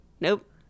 nope